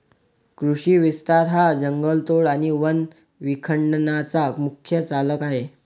कृषी विस्तार हा जंगलतोड आणि वन विखंडनाचा मुख्य चालक आहे